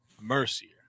Mercier